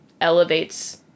elevates